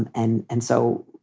and and and so,